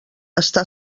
està